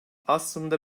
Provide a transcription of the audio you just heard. aslında